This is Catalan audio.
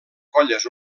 colles